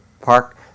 park